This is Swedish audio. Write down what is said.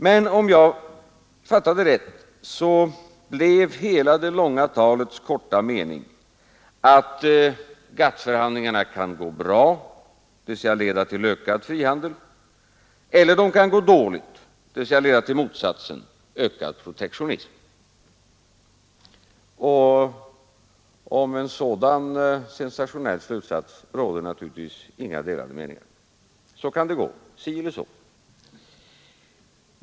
Men om jag fattade rätt, blev hela det långa talets korta mening att GATT-förhandlingarna antingen kan gå bra, dvs. leda till ökad frihandel, eller dåligt, dvs. leda till motsatsen, ökad protektionism. Om en sådan sensationell slutsats råder det naturligtvis inga delade meningar — så kan det gå, si eller så.